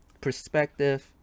Perspective